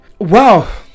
wow